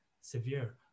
severe